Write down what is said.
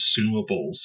consumables